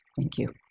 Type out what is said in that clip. thank you.